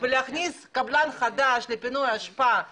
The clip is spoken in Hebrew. ולהכניס קבלן חדש לפינוי אשפה אי-אפשר,